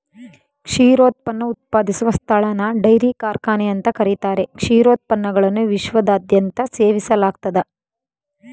ಕ್ಷೀರೋತ್ಪನ್ನ ಉತ್ಪಾದಿಸುವ ಸ್ಥಳನ ಡೈರಿ ಕಾರ್ಖಾನೆ ಅಂತ ಕರೀತಾರೆ ಕ್ಷೀರೋತ್ಪನ್ನಗಳನ್ನು ವಿಶ್ವದಾದ್ಯಂತ ಸೇವಿಸಲಾಗ್ತದೆ